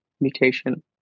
mutation